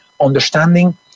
understanding